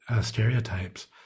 stereotypes